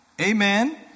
Amen